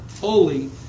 holy